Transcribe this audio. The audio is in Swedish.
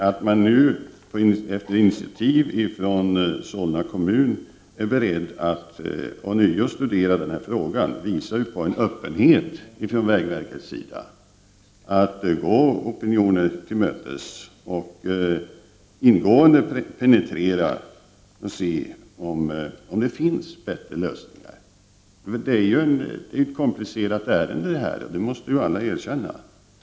Att man nu på initiativ av Solna kommun är beredd att ånyo studera frågan visar ju på en öppenhet från vägverkets sida när det gäller att gå opinioner till mötes och att ingående penetrera detta för att se om det finns bättre lösningar. Det här är ju ett komplicerat ärende — det måste väl alla erkänna.